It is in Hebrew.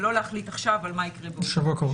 ולא להחליט עכשיו על מה יקרה בעוד שבועיים.